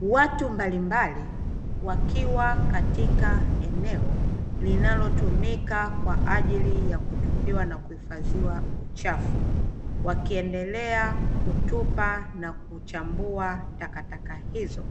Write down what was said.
Watu mbalimbali wakiwa katika eneo linalotumika kwa ajili ya kutupiwa na kuhifadhiwa uchafu, wakiendelea kutupa na kuchambua takakata hizo.